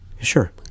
sure